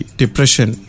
depression